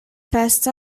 passed